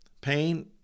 pain